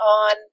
on